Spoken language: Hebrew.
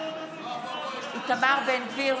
בעד איתמר בן גביר,